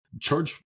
charge